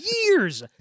years